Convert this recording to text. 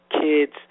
kids